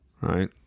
right